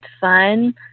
fun